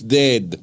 dead